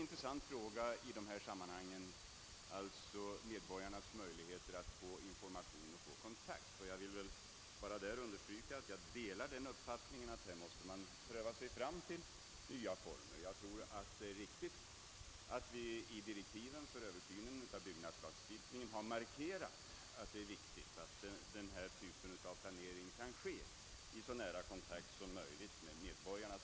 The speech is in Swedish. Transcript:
Medborgarnas möjligheter att få informationer och kontakt i detta sammanhang är en intressant fråga. Jag vill understryka att jag delar uppfattningen att man här måste pröva sig fram till nya former. Jag tror att det var riktigt att vi i direktiven för översynen av byggnadslagstiftningen markerade att det är viktigt att denna typ av planering sker i så nära kontakt som möjligt med medborgarna.